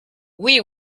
oui